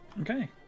Okay